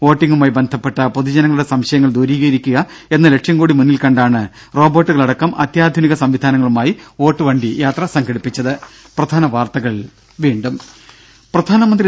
വോട്ടിംഗുമായി ബന്ധപ്പെട്ട പൊതുജനങ്ങളുടെ സംശയങ്ങൾ ദൂരീകരിക്കുക എന്ന ലക്ഷ്യംകൂടി മുന്നിൽ കണ്ടാണ് റോബോട്ടുകളടക്കം അത്യാധുനിക സംവിധാനങ്ങളുമായി വോട്ടുവണ്ടി യാത്ര സംഘടിപ്പിച്ചത്